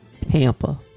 Tampa